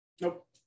Nope